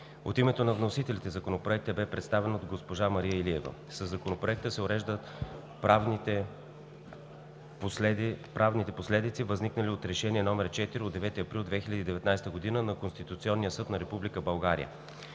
От името на вносителите Законопроектът бе представен от госпожа Мария Илиева. Със Законопроекта се уреждат правните последици, възникнали от Решение № 4 от 9 април 2019 г. на Конституционния съд на Република България,